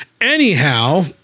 Anyhow